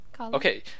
Okay